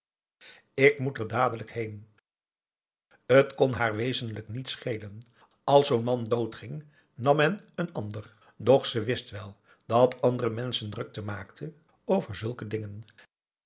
ik moet er dadelijk heen t kon haar wezenlijk niet schelen als zoo'n man dood ging nam men een ander doch ze wist wel dat andere menschen drukte maakten over zulke dingen